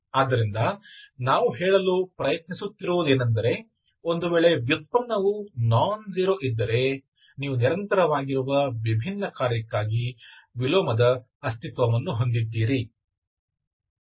ಆದ್ದರಿಂದ ನಾವು ಹೇಳಲು ಪ್ರಯತ್ನಿಸುತ್ತಿರುವುದೇನೆಂದರೆ ಒಂದು ವೇಳೆ ವ್ಯುತ್ಪನ್ನವು ನಾನ್ ಜೀರೋ ಇದ್ದರೆ ನೀವು ನಿರಂತರವಾಗಿರುವ ವಿಭಿನ್ನ ಕಾರ್ಯಕ್ಕಾಗಿ ವಿಲೋಮದ ಅಸ್ತಿತ್ವವನ್ನು ಹೊಂದಿದ್ದೀರಿ